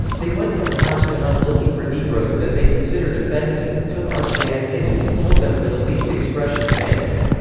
they went from house to house looking for negroes that they considered offensive took arms they had hidden and killed them for the least expression of manhood.